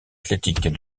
athlétique